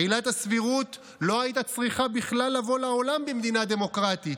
עילת הסבירות לא הייתה צריכה בכלל לבוא לעולם במדינה דמוקרטית,